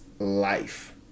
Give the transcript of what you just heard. life